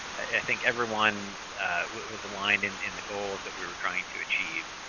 i think everyone was aligned in in the goals that we were trying to achieve.